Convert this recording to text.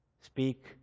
speak